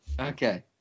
Okay